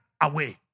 away